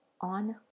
on